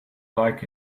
like